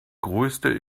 größte